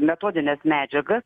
metodines medžiagas